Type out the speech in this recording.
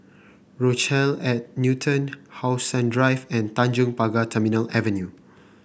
Rochelle at Newton How Sun Drive and Tanjong Pagar Terminal Avenue